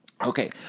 Okay